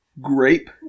grape